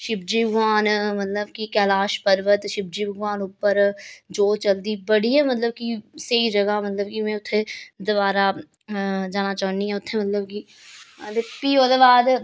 शिवजी भगवान मतलब कि कैलाश पर्वत शिवजी भगवान उप्पर जोत जगदी बड़ी गै मतलब कि स्हेई जगह मतलब कि मै उत्थें दबारा जाना चाहन्नी आं उत्थें मतलब कि फ्ही ओह्दे बाद